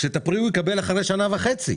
כשאת הפרי הוא יקבל אחרי שנה וחצי.